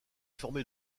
formé